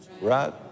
right